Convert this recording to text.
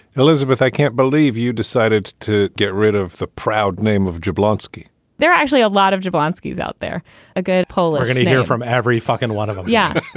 elizabeth, i can't believe you decided to get rid of the proud name of jr blonsky there are actually a lot of java lansky's out there a good poll you're going to hear from every fucking one of them yeah,